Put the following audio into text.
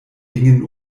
gingen